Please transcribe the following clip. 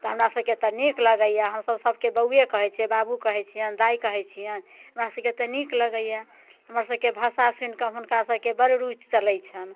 तऽ हमरा सबके तऽ नीक लगैये हमसब सबके बौवे कहै छियै बाबू कहै छियनि दाइ कहै छियनि हमरा सबके तऽ नीक लगैये हमर सबके भाषा सुनिके हुनका सबके बड़ रूचि चलै छनि